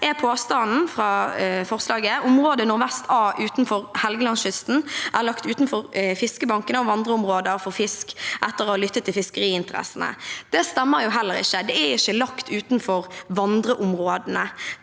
er påstanden fra forslagsstillerne om at «området Nordvest A utenfor Helgelandskysten er lagt utenfor fiskebankene og vandreområder for fisk, etter å ha lyttet til fiskeriinteressene». Det stemmer heller ikke. Det er ikke lagt utenfor vandreområdene,